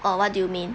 oh what do you mean